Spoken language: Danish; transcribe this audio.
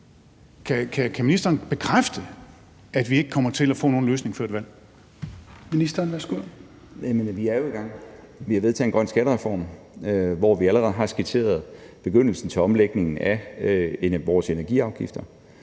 Skatteministeren (Morten Bødskov): Jamen vi er jo i gang. Vi har vedtaget en grøn skattereform, hvor vi allerede har skitseret begyndelsen til omlægningen af vores energiafgifter,